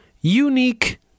unique